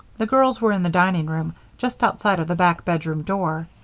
the girls were in the dining-room just outside of the back bedroom door.